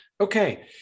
okay